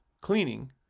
cleaning